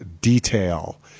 Detail